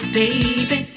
baby